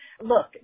look